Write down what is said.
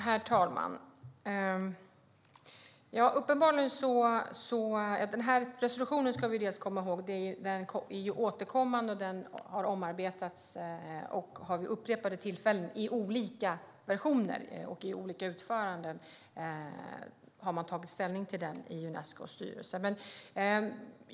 Herr talman! Den här resolutionen, ska vi komma ihåg, är återkommande och har omarbetats, och man har vid upprepade tillfällen i olika versioner och olika utföranden tagit ställning till den i Unescos styrelse.